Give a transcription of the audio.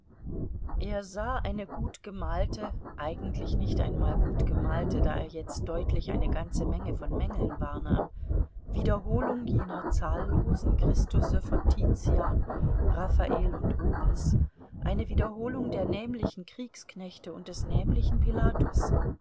er sah eine gut gemalte eigentlich nicht einmal gut gemalte da er jetzt deutlich eine ganze menge von mängeln wahrnahm wiederholung jener zahllosen christusse von tizian raffael und rubens eine wiederholung der nämlichen kriegsknechte und des nämlichen pilatus